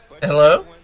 Hello